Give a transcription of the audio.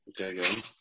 Okay